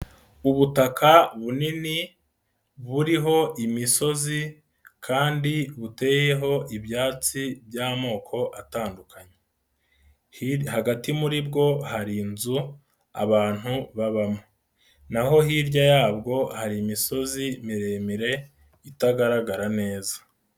Ubutaka bunini buriho imisozi kandi buteyeho ibyatsi by'amoko atandukanye. Hirya hagati muri bwo hari inzu abantu babamo. Naho hirya yabwo hari imisozi miremire itagaragara neza.